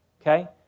okay